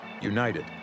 United